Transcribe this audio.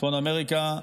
צפון אמריקה.